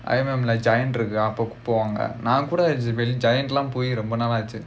I_M_M like Giant இருக்கு அப்போ போவாங்க நான்கூட:irukku appo povaanga naankuda Giant லாம் போய் ரொம்ப நாள் ஆச்சி:laam poyi romba naal aachi